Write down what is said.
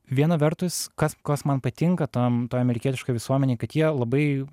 viena vertus kas kas man patinka tam toj amerikietiškoj visuomenėj kad jie labai